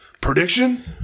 prediction